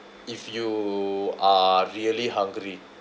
if you are really hungry